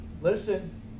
listen